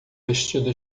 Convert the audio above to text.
vestido